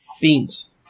beans